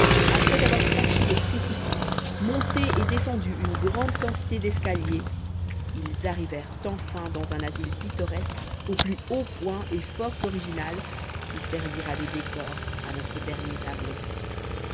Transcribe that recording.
après avoir franchi des précipices monté et descendu une grande quantité d'escaliers ils arrivèrent enfin dans un asile pittoresque au plus haut point et fort original qui servira de décor à notre dernier tableau